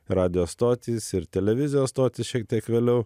radijo stotys ir televizijos stotys šiek tiek vėliau